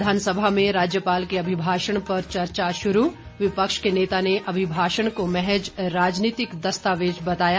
विधानसभा में राज्यपाल के अभिभाषण पर चर्चा शुरू विपक्ष के नेता ने अभिभाषण को महज राजनीतिक दस्तावेज बताया